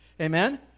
Amen